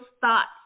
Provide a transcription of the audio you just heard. thoughts